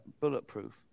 bulletproof